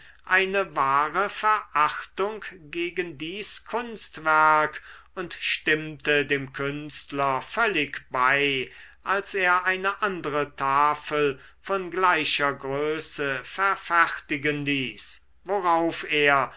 eine wahre verachtung gegen dies kunstwerk und stimmte dem künstler völlig bei als er eine andere tafel von gleicher größe verfertigen ließ worauf er